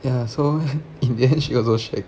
ya so in the end she also shag